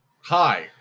Hi